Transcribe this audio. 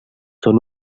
són